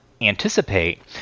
anticipate